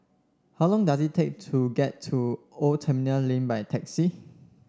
how long does it take to get to Old Terminal Lane by taxi